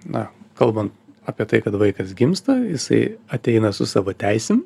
na kalban apie tai kada vaikas gimsta jisai ateina su savo teisėm